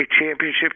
championship